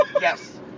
Yes